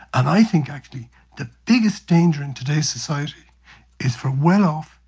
and i think actually the biggest danger in today's society is for well-off,